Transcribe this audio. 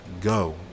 go